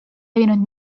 levinud